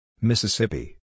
Mississippi